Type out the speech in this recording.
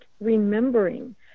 remembering